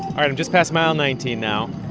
i'm just past mile nineteen now.